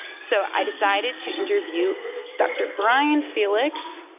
so i decided to interview dr. brian felix,